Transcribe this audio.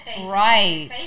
Right